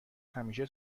همیشه